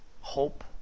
hope